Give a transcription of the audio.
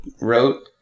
wrote